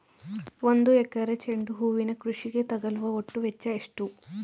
ಒಂದು ಎಕರೆ ಚೆಂಡು ಹೂವಿನ ಕೃಷಿಗೆ ತಗಲುವ ಒಟ್ಟು ವೆಚ್ಚ ಎಷ್ಟು?